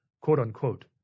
quote-unquote